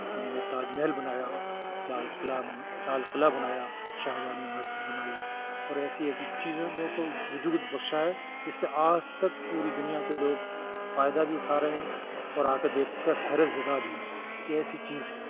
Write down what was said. انہوں نے تاج محل بنایا لال قلعہ لال قلعہ بنایا شاہ جہاں نے مسجد بنائی اور ایسی ایسی چیزوں کو وجود بخشا ہے جس سے آج تک پوری دنیا کے لوگ فائدہ بھی اٹھا رہے ہیں اور آ کے دیکھ کر حیرت زدہ بھی ہیں یہ ایسی چیز ہے